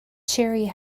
cherry